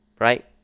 right